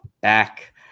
back